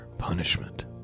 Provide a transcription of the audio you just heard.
Punishment